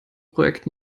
projekt